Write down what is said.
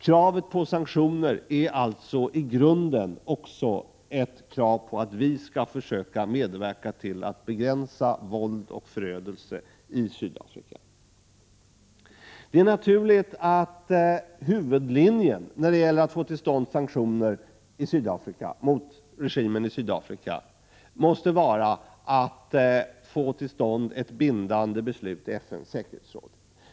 Kravet på sanktioner är alltså i grunden också ett krav på att vi skall försöka medverka till att begränsa våld och förödelse i Sydafrika. Det är naturligt att huvudlinjen när det gäller att få till stånd sanktioner mot regimen i Sydafrika måste vara att få till stånd ett bindande beslut i FN:s säkerhetsråd.